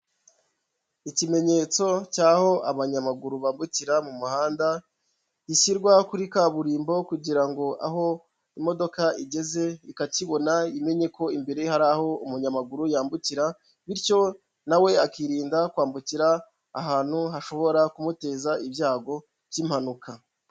Ikimenyetso cy'aho abanyamaguru bambukira mu muhanda, gishyirwa kuri kaburimbo kugira ngo aho imodoka igeze ikakibona imenye ko imbere hari aho umunyamaguru yambukira, bityo na we akirinda kwambukira ahantu hashobora kumuteza ibyago by'impanuka.